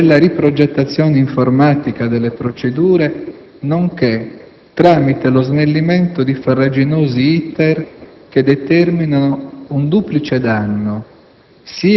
della riprogettazione informatica delle procedure, nonché tramite lo snellimento di farraginosi *iter* che determinano un duplice danno,